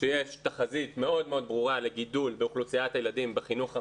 שיש תחזית מאוד מאוד ברורה לגידול באוכלוסיית הילדים בחינוך המיוחד.